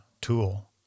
tool